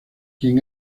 quien